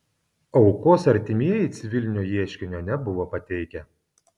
aukos artimieji civilinio ieškinio nebuvo pateikę